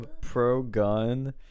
Pro-gun